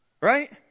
Right